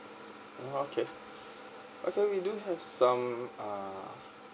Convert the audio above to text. uh okay okay we do have some uh